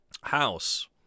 house